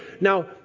Now